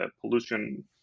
pollution